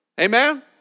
Amen